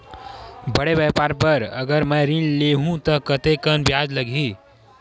बड़े व्यापार बर अगर मैं ऋण ले हू त कतेकन ब्याज लगही?